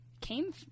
came